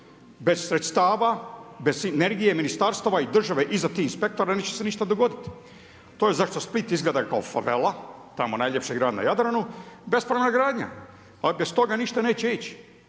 bez sredstava, bez sinergije ministarstava i države iz tih inspektora neće se ništa dogoditi. To je zašto Split izgleda kao .../Govornik se ne razumije./... tamo najljepši grad na Jadranu, bespravna gradnja ali bez toga ništa neće ići.